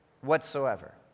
whatsoever